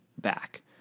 back